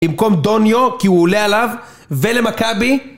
במקום דוניו כי הוא עולה עליו ולמכבי